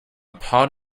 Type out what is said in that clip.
pod